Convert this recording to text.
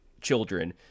children